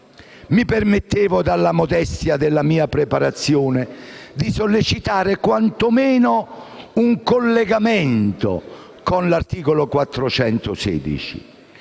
Mi permettevo, dalla modestia della mia preparazione, di sollecitare quantomeno un collegamento con l'articolo 416